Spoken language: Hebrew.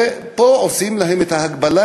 ופה עושים להם את ההגבלה,